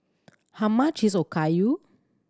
how much is Okayu